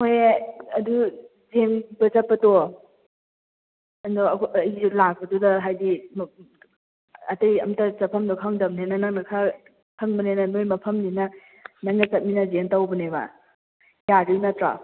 ꯍꯣꯏꯍꯦ ꯑꯗꯨ ꯆꯠꯄꯗꯣ ꯀꯩꯅꯣ ꯑꯩꯁꯦ ꯂꯥꯛꯄꯗꯨꯗ ꯍꯥꯏꯗꯤ ꯑꯇꯩ ꯑꯝꯇ ꯆꯠꯐꯝꯗꯣ ꯈꯪꯗꯝꯅꯤꯅ ꯅꯪꯅ ꯈꯔ ꯈꯪꯕꯅꯤꯅ ꯅꯣꯏ ꯃꯐꯝꯅꯤꯅ ꯅꯪꯒ ꯆꯠꯃꯤꯟꯅꯁꯦꯅ ꯇꯧꯕꯅꯦꯕ ꯌꯥꯗꯣꯏ ꯅꯠꯇ꯭ꯔꯣ